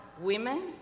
women